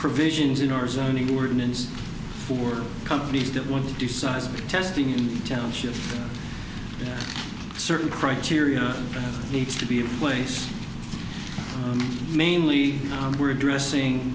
provisions in our zoning ordinance for companies that want to do seismic testing in townships certain criteria needs to be in place mainly we're addressing